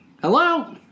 Hello